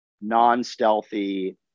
non-stealthy